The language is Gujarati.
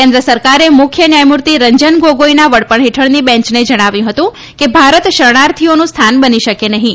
કેન્દ્ર સરકારે મુખ્ય ન્યાયમૂર્તિ રંજન ગોગોઈના વડપણ હેઠળની બેંચને જણાવ્યું હતું કે ભારત શર્ણાર્થીઓનું સ્થાન બની શકે નહીં